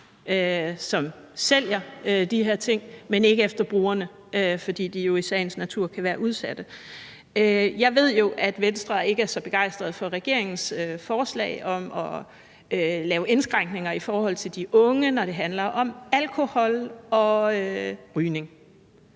som sælger de her ting, men ikke efter brugerne, fordi de jo i sagens natur kan være udsatte. Jeg ved jo, at Venstre ikke er så begejstret for regeringens forslag om at lave indskrænkninger for de unge, når det handler om alkohol og rygning.